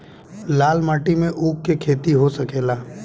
लाल माटी मे ऊँख के खेती हो सकेला?